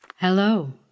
Hello